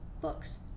books